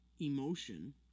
emotion